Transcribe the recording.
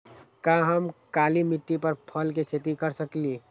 का हम काली मिट्टी पर फल के खेती कर सकिले?